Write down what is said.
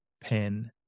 pen